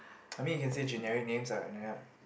I mean you can say generic names ah and then I